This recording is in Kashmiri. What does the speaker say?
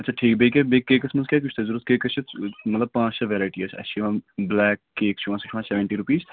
اچھا ٹھیٖک بیٚیہِ کیٛاہ بیٚیہِ کیکَس منٛز کیٛاہ کیٛاہ چھُ تۄہہِ ضوٚرَتھ کیکَس چھِ مطلب پانٛژھ شےٚ وٮ۪رایٹی اَسہِ اَسہِ چھِ یِوان بٕلیک کیک چھِ یِوان سُہ چھِ یِوان سٮ۪وَنٹی رُپیٖز